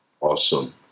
Awesome